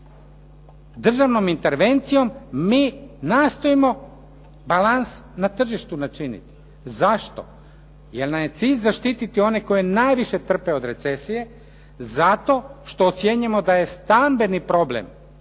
državnom intervencijom mi nastojimo balans na tržištu načiniti. Zašto? Jer nam je cilj zaštititi one koji najviše trpe od recesije, zato što ocjenjujemo da je stambeni problem,